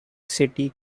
city